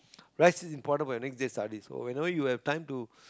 rest is important for your next day studies so whenever you have time to